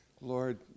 Lord